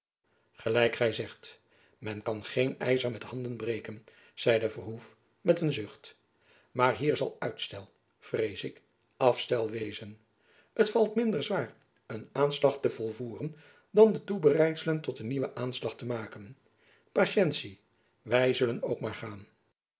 met handen breken zeide verhoef met een zucht maar hier zal uitstel vrees ik afstel